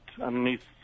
underneath